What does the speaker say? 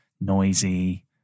noisy